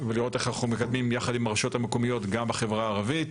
ולראות איך אנחנו מקדמים יחד עם הרשויות המקומיות גם בחברה הערבית.